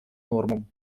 нормам